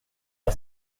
our